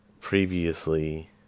previously